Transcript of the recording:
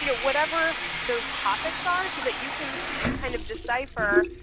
you know whatever those topics are so that you can kind of decipher,